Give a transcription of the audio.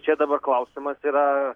čia dabar klausimas yra